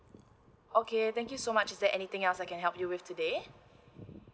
okay thank you so much is there anything else I can help you with today